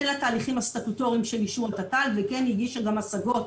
הן לתהליכים הסטטוטוריים של אישור התת"ל וכן הגישה גם השגות